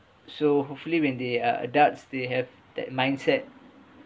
so hopefully when they are adults they have that mindset